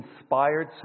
inspired